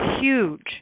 huge